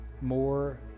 more